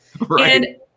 Right